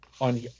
On